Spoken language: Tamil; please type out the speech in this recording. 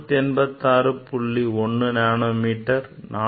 1 நேனோ மீட்டர் 434